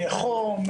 חום,